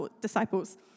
disciples